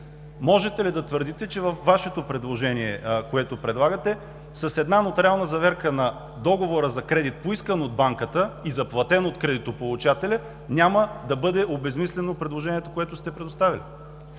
можете ли да твърдите, че в предложението, което правите, с една нотариална заверка на договора за кредит, поискан от банката и заплатен от кредитополучателя, няма да бъде обезсмислено предложението, което сте предоставили?